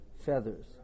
feathers